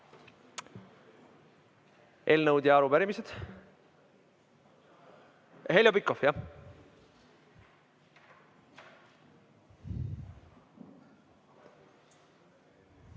Eelnõud ja arupärimised. Heljo Pikhof, jah!